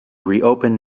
reopen